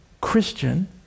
Christian